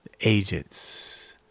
Agents